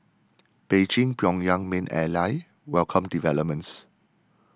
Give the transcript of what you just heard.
Beijing Pyongyang's main ally welcomed developments